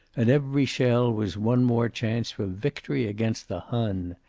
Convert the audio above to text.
and every shell was one more chance for victory against the hun.